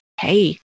hey